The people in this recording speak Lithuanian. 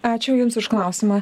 ačiū jums už klausimą